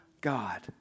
God